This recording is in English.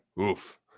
Oof